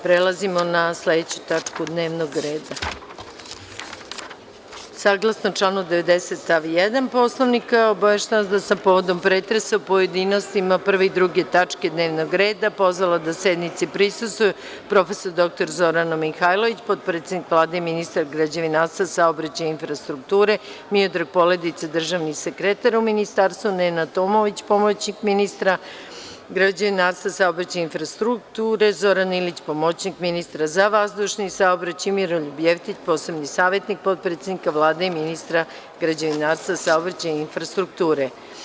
Prelazimo na sledeću tačku dnevnog reda – PREDLOG ZAKONA O ŽIČARAMA ZA TRANSPORT LICA Saglasno članu 90. stav 1. Poslovnika, obaveštavam vas da sam povodom pretresa u pojedinostima tačke 1. i 2. dnevnog reda, pozvala da sednici prisustvuje prof. dr Zorana Mihajlović, potpredsednik Vlade i ministar građevinarstva, saobraćaja i infrastrukture; Miodrag Poledica, državni sekretar u Ministarstvu; Nena Tomović, pomoćnik ministra, građevinarstva, saobraćaja i infrastrukture; Zoran Ilić, pomoćnik ministra za vazdušni saobraćaj; Miroljub Jevtić, posebni savetnik potpredsednika Vlade i ministra građevinarstva, saobraćaja i infrastrukture.